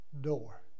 door